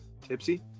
Tipsy